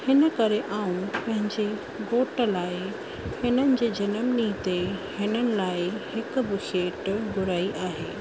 हिन करे आउं पंहिंजे घोट लाइ हिननि जे जनमु ॾींहं ते हिननि लाइ हिक बुशेट घुराई आहे